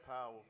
Power